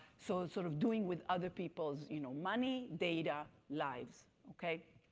so sort of doing with other people's you know money, data, lives, okay,